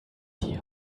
die